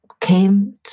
came